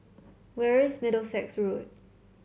where is Middlesex Road